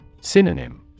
Synonym